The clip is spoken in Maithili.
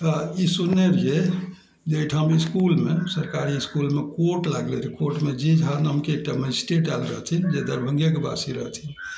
तऽ ई सुनने रहियै जे अइठाम इसकुलमे सरकारी इसकुलमे कोर्ट लागलय कोर्टमे जी झा नामके एकटा मजिस्ट्रेट आयल रहथिन जे दरभंगेके वासी रहथिन